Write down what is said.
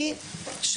מי,